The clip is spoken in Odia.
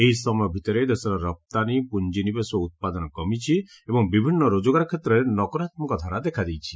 ଏହି ସମୟ ଭିତରେ ଦେଶର ରପ୍ତାନୀ ପୁଞ୍ଜିନିବେଶ ଓ ଉତ୍ପାଦନ କମିଛି ଏବଂ ବିଭିନ୍ନ ରୋଜଗାର କ୍ଷେତ୍ରରେ ନକାରାତ୍ମକ ଧାରା ଦେଖାଦେଇଛି